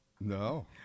No